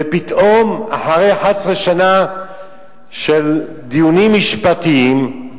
ופתאום, אחרי 11 שנה של דיונים משפטיים,